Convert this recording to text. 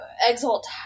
exalt